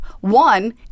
one